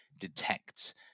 detect